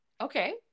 Okay